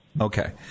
Okay